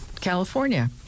California